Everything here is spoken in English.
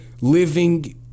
living